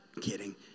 kidding